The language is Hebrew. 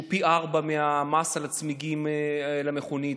שהוא פי ארבעה מהמס על הצמיגים למכונית.